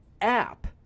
app